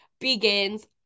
begins